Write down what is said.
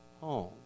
home